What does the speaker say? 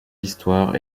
histoires